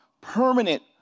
permanent